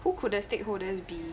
who could the stakeholders be